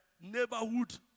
neighborhood